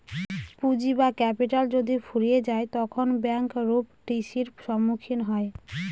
পুঁজি বা ক্যাপিটাল যদি ফুরিয়ে যায় তখন ব্যাঙ্ক রূপ টি.সির সম্মুখীন হয়